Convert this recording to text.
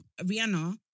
Rihanna